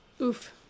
Oof